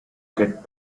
get